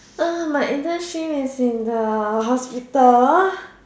uh my English scheme is in the hospital